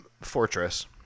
fortress